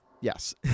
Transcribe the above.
Yes